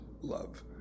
love